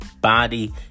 body